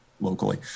locally